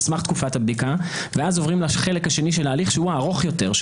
סמך תקופת הבדיקה ואז עוברים לחלק השני של ההליך שהוא הארוך יותר,